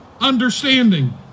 understanding